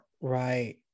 Right